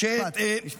משפט, משפט.